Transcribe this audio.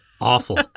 awful